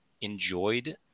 enjoyed